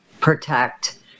protect